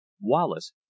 wallace